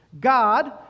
God